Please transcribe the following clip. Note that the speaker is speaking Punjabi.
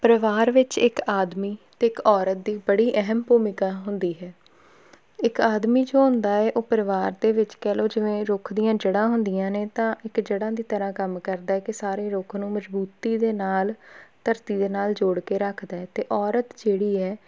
ਪਰਿਵਾਰ ਵਿੱਚ ਇੱਕ ਆਦਮੀ ਅਤੇ ਇੱਕ ਔਰਤ ਦੀ ਬੜੀ ਅਹਿਮ ਭੂਮਿਕਾ ਹੁੰਦੀ ਹੈ ਇੱਕ ਆਦਮੀ ਜੋ ਹੁੰਦਾ ਹੈ ਉਹ ਪਰਿਵਾਰ ਦੇ ਵਿੱਚ ਕਹਿ ਲਓ ਜਿਵੇਂ ਰੁੱਖ ਦੀਆਂ ਜੜ੍ਹਾਂ ਹੁੰਦੀਆਂ ਨੇ ਤਾਂ ਇੱਕ ਜੜ੍ਹਾਂ ਦੀ ਤਰ੍ਹਾਂ ਕੰਮ ਕਰਦਾ ਹੈ ਕਿ ਸਾਰੇ ਰੁੱਖ ਨੂੰ ਮਜ਼ਬੂਤੀ ਦੇ ਨਾਲ ਧਰਤੀ ਦੇ ਨਾਲ ਜੋੜ ਕੇ ਰੱਖਦਾ ਹੈ ਅਤੇ ਔਰਤ ਜਿਹੜੀ ਹੈ